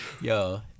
yo